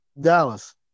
Dallas